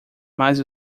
mas